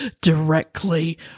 directly